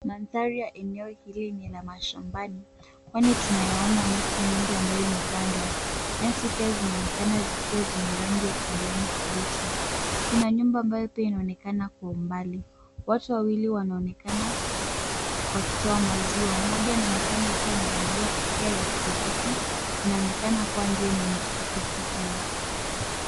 Mandhari ya eneo hili ni ya mashambani, kwani tunayaona miti mingi ambayo imepandwa. Nyasi pia zinaonekana zikiwa zenye rangi ya kijani kibichi. Kuna nyumba ambayo pia inaonekana kwa umbali. Watu wawili wanaonekana wakitoa maziwa. Mmoja anaonekana akiwa amevalia kofia ya pikipiki, inaonekana kuwa ndiye mwenye pikipiki hiyo.